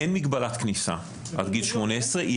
אין מגבלת כניסה עד גיל 18,